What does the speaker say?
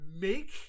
make